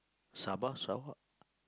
Sabah Sabah